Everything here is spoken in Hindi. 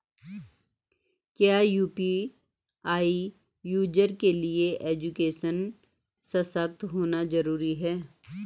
क्या यु.पी.आई यूज़र के लिए एजुकेशनल सशक्त होना जरूरी है?